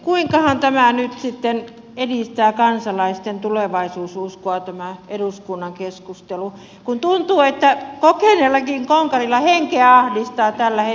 kuinkahan tämä nyt sitten edistää kansalaisten tulevaisuususkoa tämä eduskunnan keskustelu kun tuntuu että kokeneellakin konkarilla henkeä ahdistaa tällä hetkellä